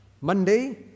monday